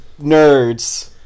Nerds